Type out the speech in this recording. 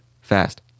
fast